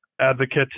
advocate